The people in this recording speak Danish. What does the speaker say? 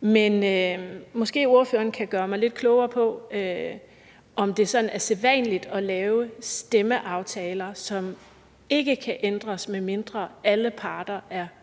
Men ordføreren kan måske gøre mig lidt klogere på, om det er sædvanligt at lave stemmeaftaler, som ikke kan ændres, medmindre alle parter er et